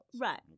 Right